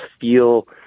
feel